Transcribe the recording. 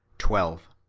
twelve.